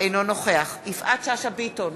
אינו נוכח יפעת שאשא ביטון,